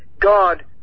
God